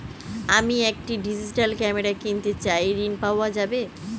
আমি একটি digital camera কিনতে চাই ঝণ পাওয়া যাবে?